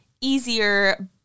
easier